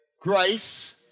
grace